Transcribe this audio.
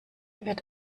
wird